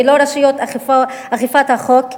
ולא רשויות אכיפת החוק,